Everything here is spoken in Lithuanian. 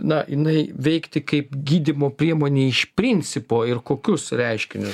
na jinai veikti kaip gydymo priemonė iš principo ir kokius reiškinius